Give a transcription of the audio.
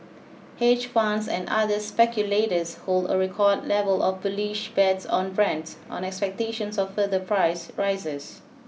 hedge funds and other speculators hold a record level of bullish bets on Brent on expectations of further price rises